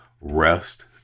rest